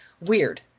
weird